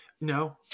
No